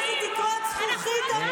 מי כתב את החוק הזה?